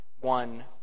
one